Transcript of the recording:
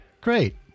Great